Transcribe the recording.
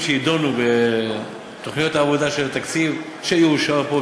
שיידונו בתוכניות העבודה של התקציב שיאושר פה,